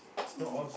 mm